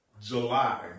july